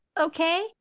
okay